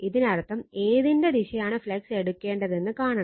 ഇതിനർത്ഥം ഏതിന്റെ ദിശയാണ് ഫ്ലക്സ് എടുക്കേണ്ടതെന്ന് കാണണം